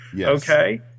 Okay